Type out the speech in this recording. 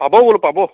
পাব বোলো পাব